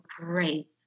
great